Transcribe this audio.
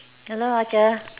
hello ah dear